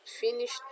finished